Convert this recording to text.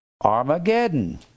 Armageddon